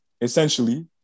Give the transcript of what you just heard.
essentially